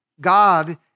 God